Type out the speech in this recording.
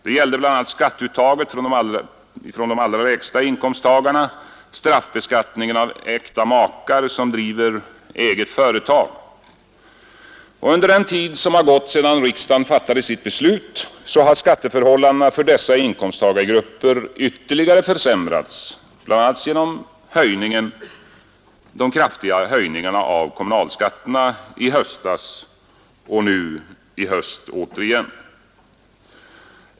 Det gällde bl.a. skatteuttaget från de allra lägsta inkomsttagarna och straffbeskattningen av äkta makar, som driver eget företag. Under den tid som har gått sedan riksdagen fattade sitt beslut har skatteförhållandena för dessa inkomsttagargrupper ytterligare försämrats bl.a. genom de kraftiga höjningarna av kommunalskatterna i höstas och nu i höst.